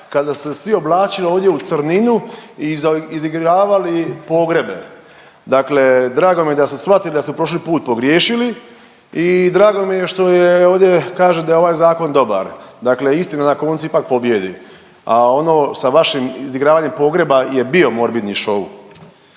kada su se svi oblačili ovdje u crninu i izigravali pogrebe. Dakle, drago mi je da ste shvatili da ste prošli put pogriješili i drago mi što je ovdje, kaže da je ovaj zakon dobar. Dakle, istina na koncu ipak pobijedi, a ono sa vašim izigravanjem pogreba je bio morbidni šou.